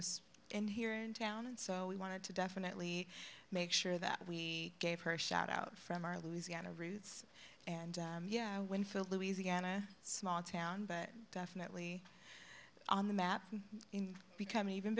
was in here down and so we wanted to definitely make sure that we gave her a shout out from our louisiana roots and yeah winfield louisiana small town but definitely on the map become even